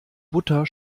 butter